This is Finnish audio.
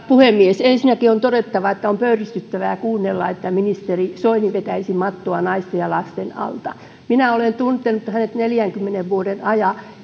puhemies ensinnäkin on todettava että on pöyristyttävää kuunnella että ministeri soini vetäisi mattoa naisten ja lasten alta minä olen tuntenut hänet neljänkymmenen vuoden ajan